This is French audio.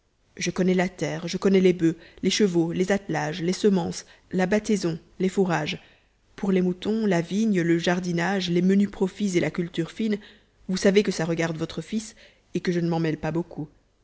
je connais la terre je connais les bufs les chevaux les attelages les semences la battaison les fourrages pour les moutons la vigne le jardinage les menus profits et la culture fine vous savez que ça regarde votre fils et que je ne m'en mêle pas beaucoup